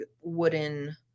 wooden